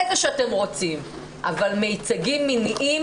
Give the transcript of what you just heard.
איזה שאתם רוצים אבל מיצגים מיניים